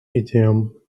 idiom